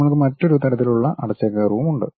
നമ്മൾക്ക് മറ്റൊരു തരത്തിലുള്ള അടച്ച കർവുമുണ്ട്